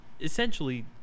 essentially